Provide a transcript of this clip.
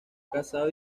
casado